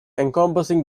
encompassing